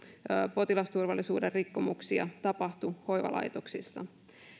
potilasturvallisuuden rikkomuksia tapahtui hoivalaitoksissa